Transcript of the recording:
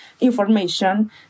information